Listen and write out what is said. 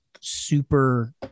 super